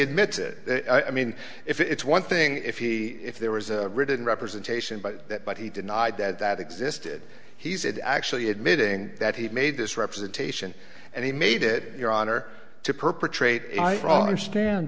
admits it i mean it's one thing if he if there was a written representation by that but he denied that that existed he said actually admitting that he made this representation and he made it your honor to perpetrate wrong understand